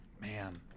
man